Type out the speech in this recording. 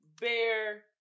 Bear